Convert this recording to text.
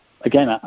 again